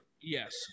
yes